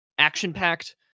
action-packed